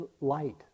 light